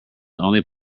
only